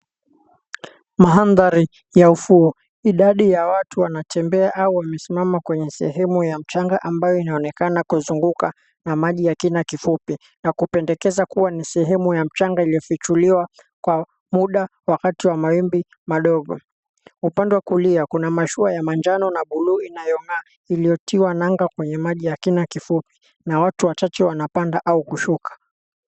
Mandhari ya ufuo idadi ya watu wanatembea au wamesimama kwenye sehemu ya mchanga ambayo inaonekana kuzungukwa na maji ya kina kifupi na kupendeza kuwa ni sehemu ya mchanga iliyofichuliwa kwa muda wakati wa mawimbi madogo. Upande wa kulia kuna mashua ya manjano na buluu inayong'aa iliyotiwa nanga kwenye maji yake kina kifupi na watu wachache wanapanda au kushuka.